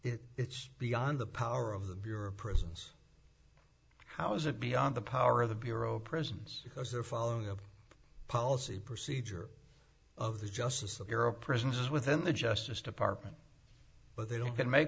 the it's beyond the power of the bureau of prisons how is it beyond the power of the bureau of prisons because they're following a policy procedure of the justice of europe prisons within the justice department but they don't can make